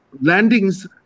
landings